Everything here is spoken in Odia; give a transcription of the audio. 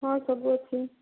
ହଁ ସବୁ ଅଛି